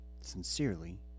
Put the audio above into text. Sincerely